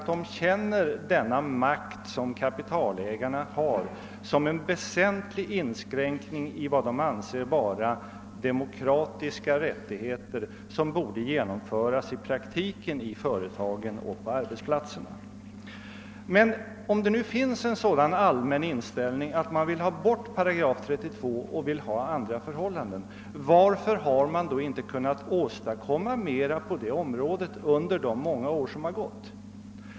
De känner nämligen kapitalägarnas makt som en väsentlig inskränkning i vad de anser vara de demokratiska rättigheter som borde genomföras i praktiken i företagen och på arbetsplatsen. Men om det nu finns en sådan allmän inställning och man vill ha bort § 32 och vill ha andra förhållanden, varför har man då inte avtalsvägen kunnat åstadkomma mera på det området under de många år som gått?